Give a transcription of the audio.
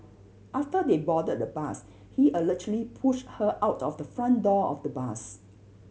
after they boarded the bus he allegedly pushed her out of the front door of the bus